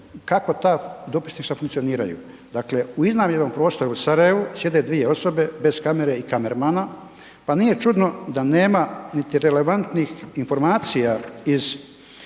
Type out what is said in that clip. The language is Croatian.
kako ta dopisništva funkcioniraju? Dakle, u iznajmljenom prostoru u Sarajevu sjede dvije osobe bez kamere i kamermana, pa nije čudno da nema niti relevantnih informacija iz